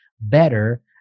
better